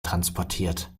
transportiert